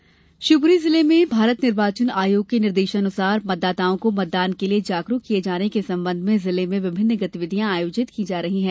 निर्वाचन जागरुकता शिवप्ररी जिले में भारत निर्वाचन आयोग के निर्देशानुसार मतदाताओं को मतदान के लिए जागरूक किए जाने के संबंध में जिले में विभिन्न गतिविधियां आयोजित की जा रही है